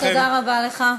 אדוני השר, תודה רבה לך.